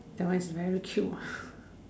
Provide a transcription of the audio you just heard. that one is very cute